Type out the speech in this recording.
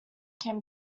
can